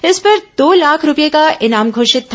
इस पर दो लाख रूपये का इनाम घोषित था